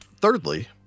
Thirdly